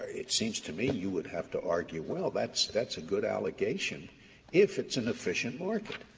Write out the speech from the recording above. it seems to me you would have to argue, well, that's that's a good allegation if it's an efficient market,